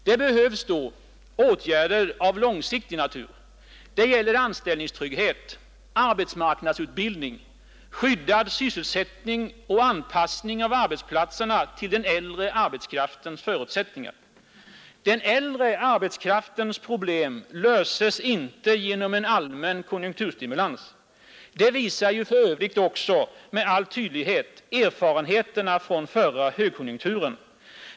Det behövs då åtgärder av långsiktig natur. Det gäller anställningstrygghet, arbetsmarknadsutbildning, skyddad sysselsättning och anpassning av arbetsplatserna till den äldre arbetskraftens förutsättningar. Den äldre arbetskraftens problem löses inte genom en allmän konsumtionsstimulans. Det visar för övrigt med all tydlighet erfarenheterna från förra högkonjunkturen.